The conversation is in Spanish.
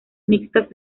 mixtas